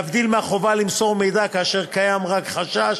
להבדיל מהחובה למסור מידע כאשר קיים רק חשש,